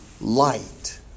light